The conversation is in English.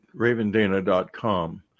ravendana.com